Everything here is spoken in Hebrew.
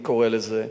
אני קורא לזה: